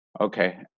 Okay